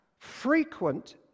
Frequent